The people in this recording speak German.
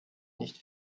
nicht